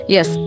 Yes